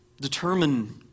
Determine